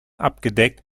abgedeckt